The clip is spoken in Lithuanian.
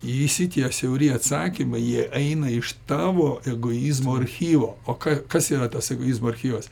visi tie siauri atsakymai jie eina iš tavo egoizmo archyvo o kas yra tas egoizmo archyvas